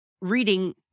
reading